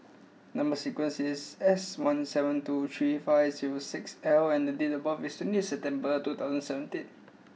number sequence is S one seven two three five zero six L and date of birth is twenty eighth September two thousand and seventeen